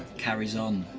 carries on.